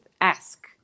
ask